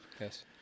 Yes